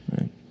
right